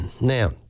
Now